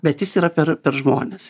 bet jis yra per žmones